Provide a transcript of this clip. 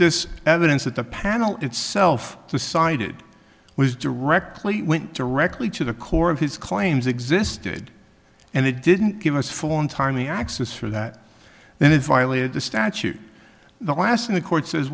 this evidence that the panel itself decided was directly went directly to the core of his claims existed and they didn't give us foreign timely access for that and it violated the statute the last in the court